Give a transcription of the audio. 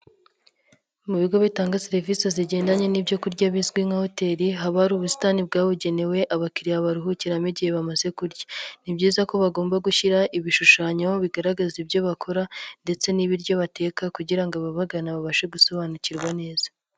Mu bigo bitanga serivisi zigendanye n'ibyo kurya bizwi nka hoteli, haba hari ubusitani bwabugenewe, abakiriya baruhukiramo igihe bamaze kurya. ni byiza ko bagomba gushyira ibishushanyo bigaragaza ibyo bakora ndetse n'ibiryo bateka kugira ngo ababagana babashe gusobanukirwa neza.